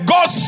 God